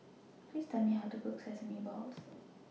Please Tell Me How to Cook Sesame Balls